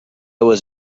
was